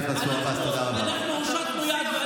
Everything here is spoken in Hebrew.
תודה רבה, חבר הכנסת מנסור עבאס.